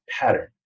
pattern